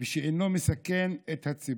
ושאינו מסכן את הציבור.